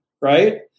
right